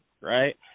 right